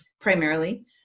primarily